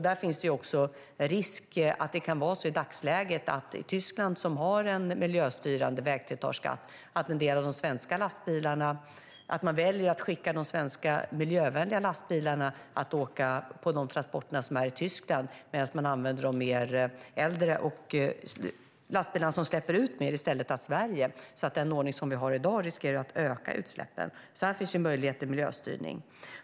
Det finns i dagsläget också en risk i och med att Tyskland har en miljöstyrande vägslitageavgift att man väljer att skicka de svenska miljövänliga lastbilarna att åka på de transporter som är i Tyskland medan man i stället använder de äldre lastbilarna som släpper ut mer i Sverige. Den ordning vi har i dag riskerar att öka utsläppen. Här finns möjlighet till miljöstyrning.